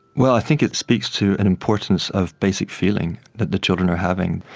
well, i think it speaks to an importance of basic feeling that the children are having.